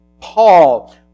Paul